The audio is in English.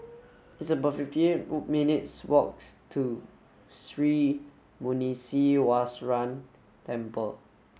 it's about fifty eight minutes' walks to Sri Muneeswaran Temple